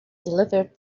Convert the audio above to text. delivered